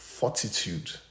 Fortitude